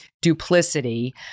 duplicity